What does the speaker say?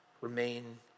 remain